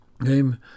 Name